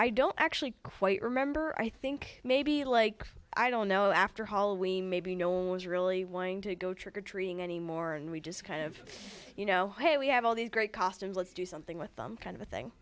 i don't actually quite remember i think maybe like i don't know after hall we may be known as really wanting to go trick or treating anymore and we just kind of you know we have all these great costumes let's do something with them kind of thing